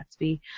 Gatsby